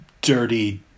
dirty